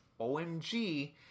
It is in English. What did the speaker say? OMG